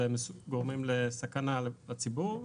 והם גורמים לסכנה לציבור,